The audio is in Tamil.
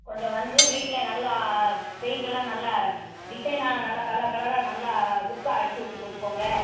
கொஞ்சம் வந்து வீட்டில் நல்லா பெயிண்ட்டெல்லாம் நல்லா டிசைனாக நல்ல கலர் கலராக நல்லா லுக்காக அடித்து விட்டுட்டுப் போங்க